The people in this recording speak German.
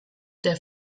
der